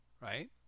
right